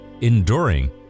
enduring